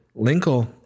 Linkle